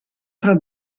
tra